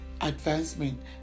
advancement